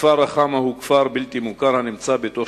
הכפר רכמה הוא כפר בלתי מוכר הנמצא בתוך